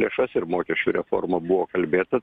lėšas ir mokesčių reformą buvo kalbėta